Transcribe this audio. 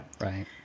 Right